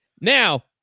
Now